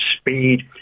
speed